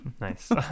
nice